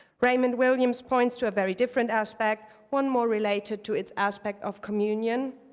raymond williams points to a very different aspect, one more related to its aspect of communion.